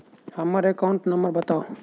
हम्मर account number बताऊ?